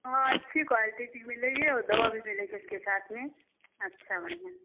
हाँ अच्छी क्वलिटी की मिलेगी और दवा भी मिलेगी उसके साथ मे अच्छा बढ़िया